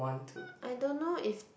I don't know if